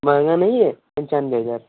महंगा नहीं है पहचान लेगा